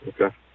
okay